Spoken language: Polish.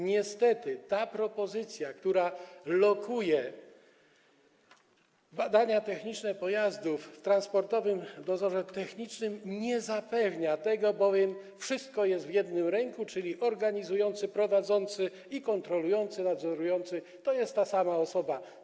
Niestety ta propozycja, która lokuje badania techniczne pojazdów w Transportowym Dozorze Technicznym, nie zapewnia tego, bowiem wszystko jest w jednym ręku, czyli organizujący, prowadzący i kontrolujący, nadzorujący jest tą samą osobą.